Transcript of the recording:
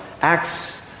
Acts